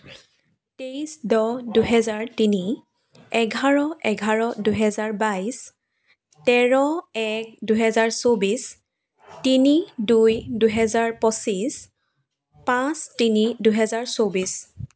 তেইছ দহ দুহেজাৰ তিনি এঘাৰ এঘাৰ দুহেজাৰ বাইছ তেৰ এক দুহেজাৰ চৌব্বিছ তিনি দুই দুহেজাৰ পঁচিছ পাঁচ তিনি দুহেজাৰ চৌব্বিছ